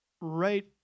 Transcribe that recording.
right